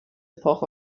epoch